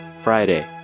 Friday